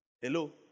Hello